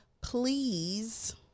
please